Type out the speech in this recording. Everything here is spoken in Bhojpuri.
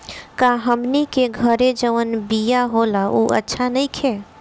का हमनी के घरे जवन बिया होला उ अच्छा नईखे?